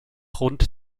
rund